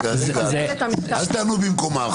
אל תענו במקומה.